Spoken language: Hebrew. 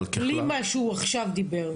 אבל ככלל --- בלי מה שהוא עכשיו דיבר.